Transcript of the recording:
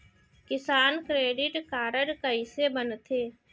किसान credit card कइसे बनथे?